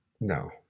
no